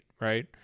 right